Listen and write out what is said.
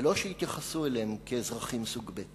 ולא שיתייחסו אליהם כאל אזרחים סוג ב'.